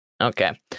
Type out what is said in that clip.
Okay